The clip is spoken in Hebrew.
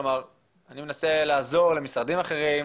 כלומר אני מנסה לעזור למשרדים אחרים,